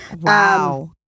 Wow